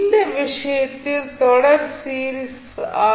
இந்த விஷயத்தில் தொடர் சீரிஸ் ஆர்